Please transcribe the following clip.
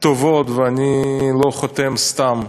ואני לא חותם סתם,